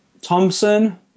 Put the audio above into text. Thompson